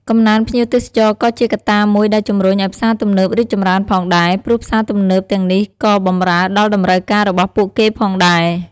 កំណើនភ្ញៀវទេសចរក៏ជាកត្តាមួយដែលជំរុញឲ្យផ្សារទំនើបរីកចម្រើនផងដែរ ព្រោះផ្សារទំនើបទាំងនេះក៏បម្រើដល់តម្រូវការរបស់ពួកគេផងដែរ។